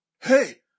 Hey